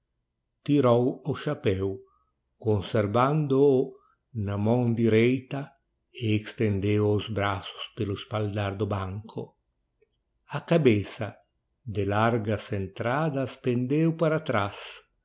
tirou o chapéu conservando o na mão direita e extendeu os braços pelo espaldar do banco a cabeça de largas entradas pendeu para traz